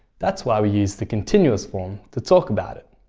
that's why we use the continuous form to talk about it.